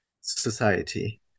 society